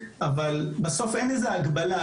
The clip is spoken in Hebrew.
אבל בסוף אין איזו הגבלה,